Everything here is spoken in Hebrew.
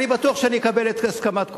אני בטוח שאני אקבל את הסכמת כולם,